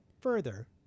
further